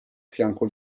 fianco